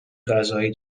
غذایی